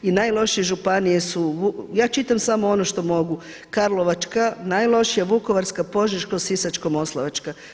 I najlošije županije su, ja čitam samo ono što mogu Karlovačka najlošija, Vukovarska, Požeška, Sisačko-moslavačka.